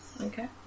Okay